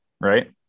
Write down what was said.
right